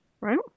Right